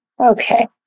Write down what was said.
Okay